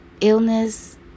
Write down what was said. Illness